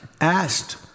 asked